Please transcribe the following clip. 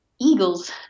eagles